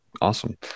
awesome